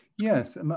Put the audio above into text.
Yes